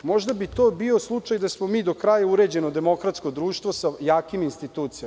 Možda bi to bio slučaj da smo mi do kraja uređeno demokratsko društvo sa jakim institucijama.